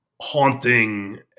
haunting